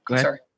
sorry